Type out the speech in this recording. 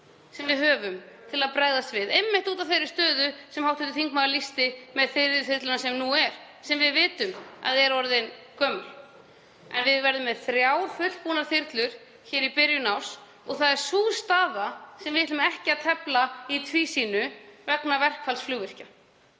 sem við höfum til að bregðast við, einmitt út af þeirri stöðu sem hv. þingmaður lýsti með fyrri þyrluna sem hér er, sem við vitum að er orðin gömul. En við verðum með þrjár fullbúnar þyrlur hér í byrjun árs og það er sú staða sem við ætlum ekki að tefla í tvísýnu vegna verkfalls flugvirkja.